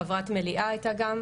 חברת מליאה הייתה גם,